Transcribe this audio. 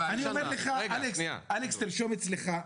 אלכס, תרשום אצלך,